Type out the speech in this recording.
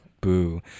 Boo